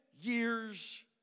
years